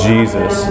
Jesus